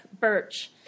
Birch